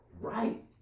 right